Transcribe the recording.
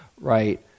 right